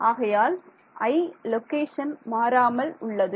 ஆகையால் i location மாறாமல் உள்ளது